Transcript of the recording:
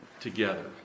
together